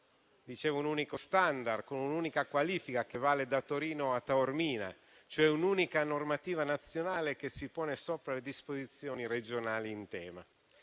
Regioni. Un unico *standard*, con un'unica qualifica che vale da Torino a Taormina, dipende da un'unica normativa nazionale, che si pone sopra le disposizioni regionali in tema.